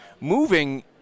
moving